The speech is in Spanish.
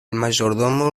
mayordomo